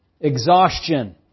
Exhaustion